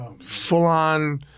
Full-on